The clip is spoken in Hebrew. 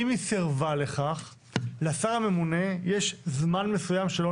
אם היא סירבה לכך, לשר הממונה יש זמן מסוים שלא